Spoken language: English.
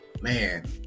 Man